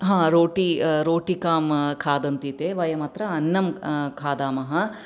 हा रोटी रोटिकां खादन्ति ते वयमत्र अन्नं खादामः